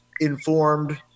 informed